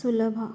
सुलभा